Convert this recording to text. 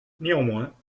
néanmoins